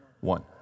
one